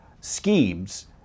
schemes